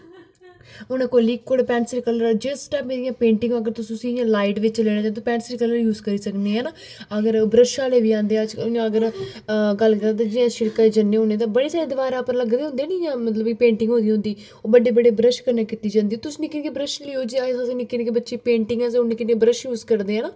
उनें कोई liquid pencil colour जिस स्टेप च पैंटिग अगर तुस उसी इयां लाइट बिच लेने ते पैन्सल कलर गी यूज करी सकने हे ना अगर ब्रुश आहले बी आंदे अजकल अगर गल्ल करदे जियां शिडका जन्नी होन्नी बड़ी सारे दिवारा उप्पर लग्गे दे होंदे ना इयां मतलब कि पेंटिग होई दी होंदी ओह् बडे़ बडे़ ब्रश कन्नै कीती जंदी तुस निक्के ब्रश लेई आओ निक्के निक्के बच्चे पैटिंग आस्तै निक्के निक्के ब्रश यूज करदे है ना